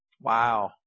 Wow